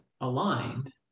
aligned